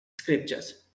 scriptures